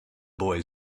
boy